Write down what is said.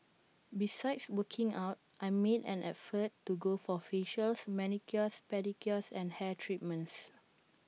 besides working out I make an effort to go for facials manicures pedicures and hair treatments